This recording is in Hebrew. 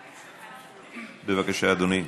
בבקשה, אדוני.